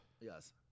Yes